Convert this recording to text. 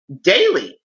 daily